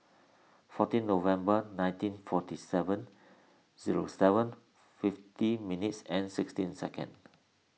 fourteen November nineteen forty seven zero seven fifty minutes and sixteen second